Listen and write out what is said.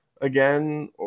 again